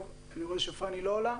אני רואה שפאני לא עולה.